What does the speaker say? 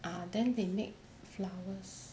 ah then they make flowers